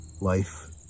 Life